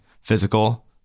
physical